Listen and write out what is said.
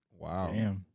Wow